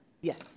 Yes